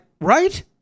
Right